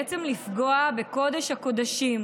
בעצם לפגוע בקודש-הקודשים,